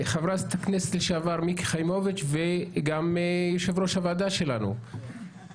חברת הכנסת לשעבר מיקי חיימוביץ' וגם יושבת ראש הוועדה שלנו,